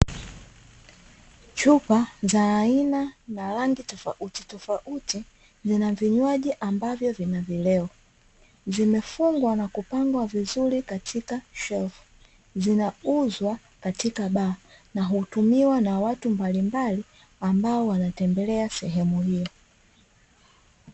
Chupa za aina na rangi tofauti tofauti zina vinywaji ambavyo vina vileo zimefungwa na kupangwa vizuri katika shelfu, zinauzwa katika baa na hutumiwa na watu mbalimbali ambao wanatembelea sehemu hiyo.